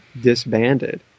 disbanded